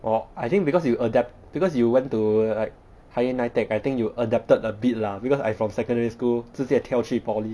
orh I think because you adapt because you went to like higher NITEC I think you adapted a bit lah because I from secondary school 直接跳去 polytechnic